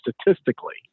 statistically